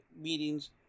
meetings